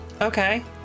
Okay